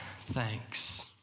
thanks